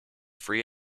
free